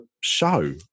show